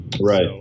right